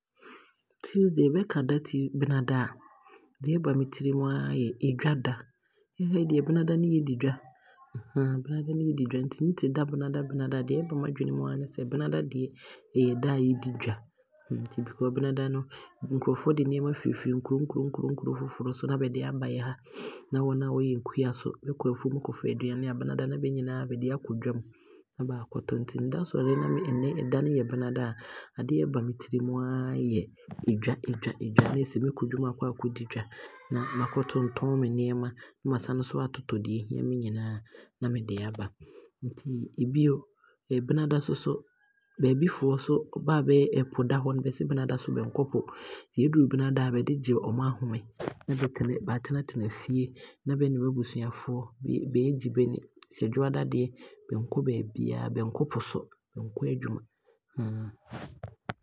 Tuesday, bɛka da benada a, deɛ ɛba me tirim aa yɛ Ɛdwa da. Yɛ ha yi deɛ, benada ne yɛdi ha dwa, benada ne yɛdi dwa nti nte da benada a deɛ ɛba m'adwene mu aa yɛ ne sɛ benada deɛ ɛyɛ da yɛdi dwa nti because benada no nkrɔfoɔ de nneɛma firi firi nkuro nnuro nkuro foforɔ so na bɛde aaba yɛha na wɔn a wɔyɛ kua no nso, bɛkɔ afuom kɔfa nnuane a, benada ne bɛde ne nyinaa bɛde aakɔ dwa mu, na baakɔtɔne. Nti me da sɔrennɛ ne da no benada a, adeɛ a ɛba me tirim aa yɛ Ɛdwa, Ɛdwa, Ɛdwa, na kyerɛ sɛ mɛkɔ dwa mu aakɔ aakɔdi dwa, na maakɔ tontɔn me nneɛma na maasane nso amatotɔ deɛ ɛhia me nyinaa na mede aaba. Nti bio, ɛbenada nso so baabi foɔ nso, bɛ a ɛpo da bɛbɔ no nso, bɛse benada nso bɛkɔ po. Nti ɛduru benada a bɛde gye ɔmo ahome na baatene tena fie na bɛ ne bɛabusuafoɔ no bɛɛgye bani, ɛfisɛ dwoada deɛ bɛnkɔ baabiaa, bɛnkɔ po so, bɛnkɔ adwuma.